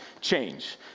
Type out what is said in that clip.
change